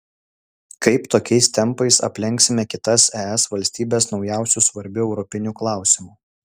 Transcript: kaip tokiais tempais aplenksime kitas es valstybes naujausiu svarbiu europiniu klausimu